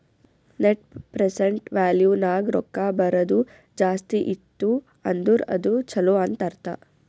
net present value ನಾಗ್ ರೊಕ್ಕಾ ಬರದು ಜಾಸ್ತಿ ಇತ್ತು ಅಂದುರ್ ಅದು ಛಲೋ ಅಂತ್ ಅರ್ಥ